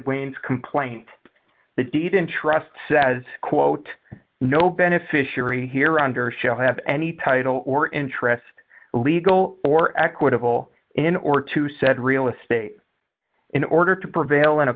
when complaint the deed in trust says quote no beneficiary here under shall have any title or interest legal or equitable in order to said real estate in order to prevail in a